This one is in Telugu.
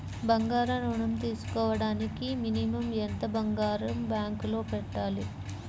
బంగారం ఋణం తీసుకోవడానికి మినిమం ఎంత బంగారం బ్యాంకులో పెట్టాలి?